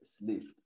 lift